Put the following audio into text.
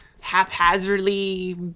haphazardly